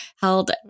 held